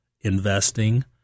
investing